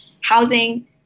housing